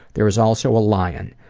there is also a lion.